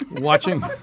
Watching